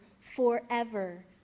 forever